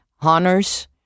honors